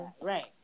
Right